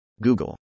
Google